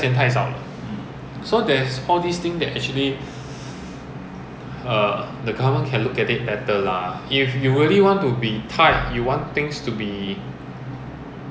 but in singapore they drive in with !wah! tools of trade goods ah singapore customs kam ji bak boh don't care then if we drive a car one very simple example why today